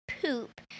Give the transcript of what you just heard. poop